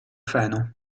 freno